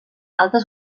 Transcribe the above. altes